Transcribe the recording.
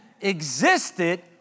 existed